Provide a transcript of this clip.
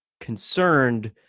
concerned